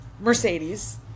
Mercedes